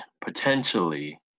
potentially